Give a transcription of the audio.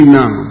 now